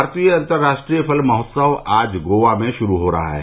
भारतीय अंतर्राष्ट्रीय फिल्म महोत्सव आज गोवा में शुरू हो रहा है